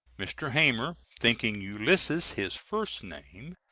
mr. hamer, thinking ulysses his first name,